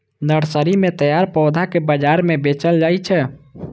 nursery मे तैयार पौधा कें बाजार मे बेचल जाइ छै